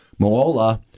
Moola